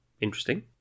Interesting